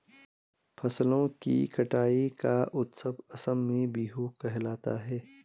फसलों की कटाई का उत्सव असम में बीहू कहलाता है